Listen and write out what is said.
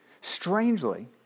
strangely